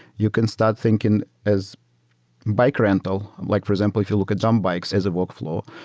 you can start thinking as bike rental, like for example, if you look at jump bikes as a workflow.